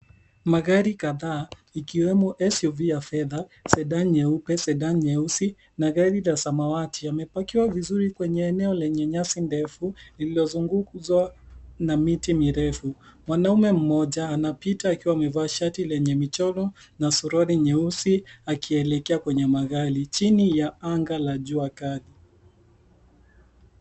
Magari kadhaa ikiwemo SUV ya fedha, Sedan nyeupe, Sedan nyeusi na gari za samawati yamepakiwa vizuri kwenye eneo lenye nyasi ndefu, lililozungukwa na miti mirefu. mwanaume mmoja anapita akiwa amevaa shati lenye michoro na suruali nyeusi akielekea kwenye magari chini ya anga la jua kali.